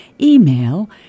email